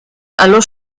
allo